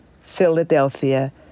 Philadelphia